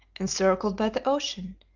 encircled by the ocean,